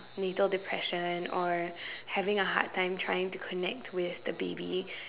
natal depression or having a hard time trying to connect with the baby